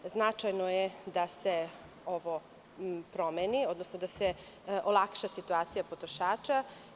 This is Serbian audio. Značajno je da se ovo promeni, odnosno da se olakša situacija potrošača.